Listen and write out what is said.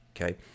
okay